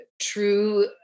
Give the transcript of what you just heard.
true